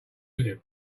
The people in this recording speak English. live